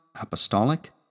apostolic